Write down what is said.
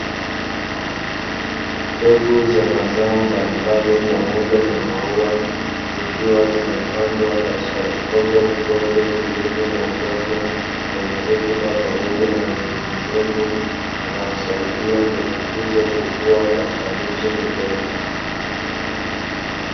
Mbegu za mazao mbalimbali pamoja na mauwa zikiwa zimepangwa katika vikopo vidogo viivyo na udongo wenye rutuba pamoja na unyevunyevu, unaosaidia mbegu hizo kukuwa katika miche midogo.